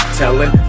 telling